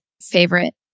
favorite